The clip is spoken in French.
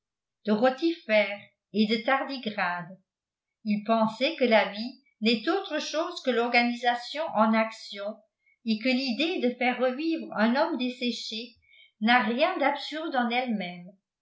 d'anguillules de rotifères et de tardigrades il pensait que la vie n'est autre chose que l'organisation en action et que l'idée de faire revivre un homme desséché n'a rien d'absurde en elle-même